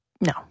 No